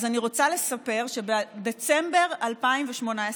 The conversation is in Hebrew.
אז אני רוצה לספר שבדצמבר 2018,